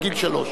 מגיל שלוש.